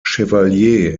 chevalier